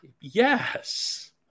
Yes